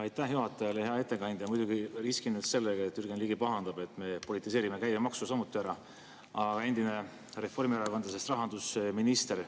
Aitäh, juhataja! Hea ettekandja! Ma muidugi riskin nüüd sellega, et Jürgen Ligi pahandab, et me politiseerime käibemaksu samuti ära. Aga endine reformierakondlasest rahandusminister